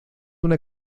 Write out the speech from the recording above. una